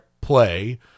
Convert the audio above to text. play